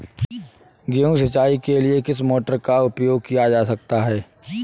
गेहूँ सिंचाई के लिए किस मोटर का उपयोग किया जा सकता है?